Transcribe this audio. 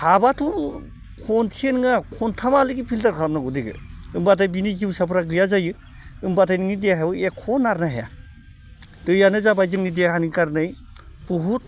हाबाथ' खनसेल' नङा खनथामालागै फिल्टार खालामनांगौ दैखो होनबाथाय बिनि जिउसाफोरा गैया जायो होनबाथाय नोंनि देहायाव एख' नारनो हाया दैआनो जाबाय जोंनि देहानि खारनै बहुद